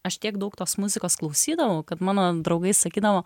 aš tiek daug tos muzikos klausydavau kad mano draugai sakydavo